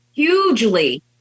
Hugely